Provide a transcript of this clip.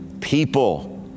people